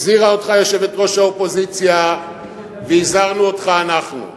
הזהירה אותך יושבת-ראש האופוזיציה והזהרנו אותך אנחנו.